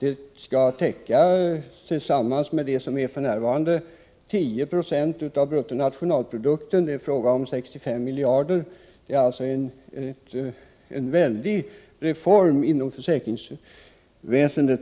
Systemet skall ju täcka något som tillsammans omfattar 10 26 av bruttonationalprodukten. Det är fråga om 65 miljarder. Det blir alltså en väldig reform inom försäkringsväsendet.